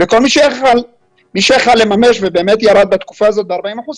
מי שיכול היה לממש ובאמת ירד בתקופה הזאת ב-40 אחוזים,